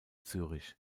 zürich